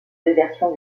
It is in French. versions